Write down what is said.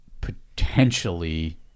potentially